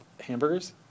hamburgers